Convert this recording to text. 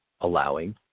allowing